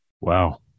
Wow